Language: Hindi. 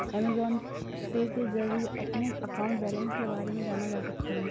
अमेजॉन पे के जरिए अपने अकाउंट बैलेंस के बारे में जाना जा सकता है